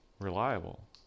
reliable